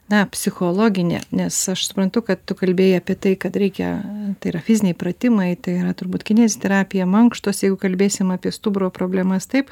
ne psichologinė nes aš suprantu kad tu kalbėjai apie tai kad reikia tai yra fiziniai pratimai tai yra turbūt kineziterapija mankštos jeigu kalbėsim apie stuburo problemas taip